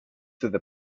through